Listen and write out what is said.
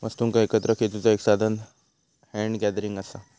वस्तुंका एकत्र खेचुचा एक साधान हॅन्ड गॅदरिंग असा